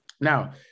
Now